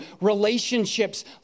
Relationships